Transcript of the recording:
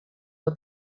for